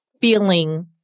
feeling